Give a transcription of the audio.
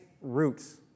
roots